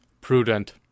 prudent